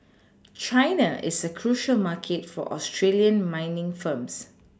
China is a crucial market for Australian mining firms